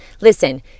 listen